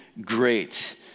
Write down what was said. great